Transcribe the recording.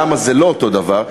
למה זה לא אותו דבר.